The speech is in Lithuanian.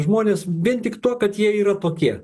žmones vien tik tuo kad jie yra tokie